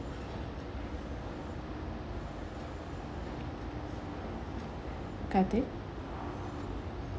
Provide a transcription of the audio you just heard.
karthik